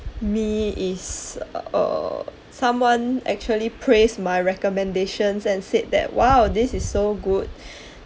me is err someone actually praised my recommendations and said that !wow! this is so good